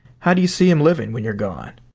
how do you see him living when you're gone?